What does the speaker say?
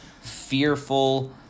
fearful